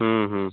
হুম হুম